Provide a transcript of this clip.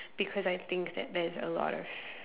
because I think there is a lot